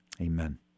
amen